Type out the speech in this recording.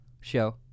show